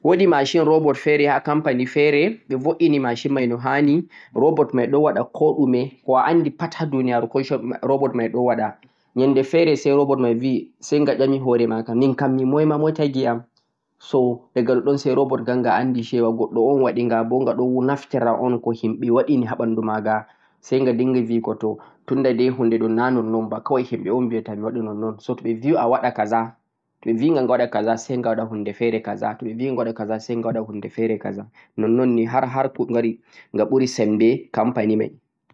woodi machine robot feere ha kampani feere ɓe bo'iini machine may no ha'ni, robot may ɗo waɗa koɗume, ko anndi pat ha duuniyaaru robot may ɗo waɗa, nyannde feere say robot bi say nga ƴami hoore ma ga, min kam mi moy ma?, moy tagi yam?, so diga ɗoɗɗon say robot gan nga anndi shewa goɗɗo un ga waɗi ga bo nga ɗo naftira un ko himɓe waɗini ha ɓanndu ma ga, say nga dinnga biyugo to tunda day huunde ɗo na nonnon ba kaway day himɓe un biyata mi waɗa nonnon, so to ɓe bi a waɗa ka za, to ɓe bi nga nga waɗa ka za say nga waɗa huunde feere ka za nonnon ni har har ko gari nga ɓuri sembe kampani may